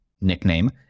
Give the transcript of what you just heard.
nickname